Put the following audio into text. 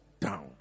down